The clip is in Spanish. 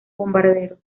bombarderos